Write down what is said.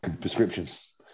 Prescriptions